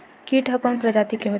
कीट ह कोन प्रजाति के होथे?